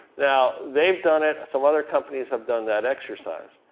now they've done it. some other companies have done that exercise.